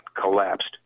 collapsed